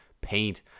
paint